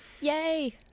Yay